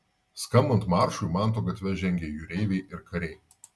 skambant maršui manto gatve žengė jūreiviai ir kariai